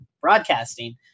broadcasting